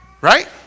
Right